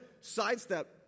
sidestep